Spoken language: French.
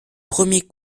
premiers